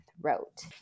throat